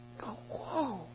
Whoa